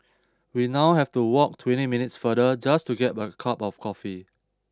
we now have to walk twenty minutes farther just to get a cup of coffee